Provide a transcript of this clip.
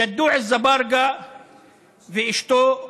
ג'דוע אזברגה ואשתו אמנה,